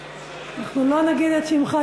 אנחנו לא נגיד את שמך,